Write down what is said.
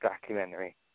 documentary